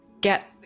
get